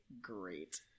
great